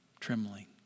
Trembling